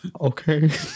Okay